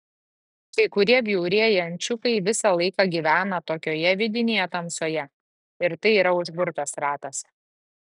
kai kurie bjaurieji ančiukai visą laiką gyvena tokioje vidinėje tamsoje ir tai yra užburtas ratas